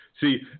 See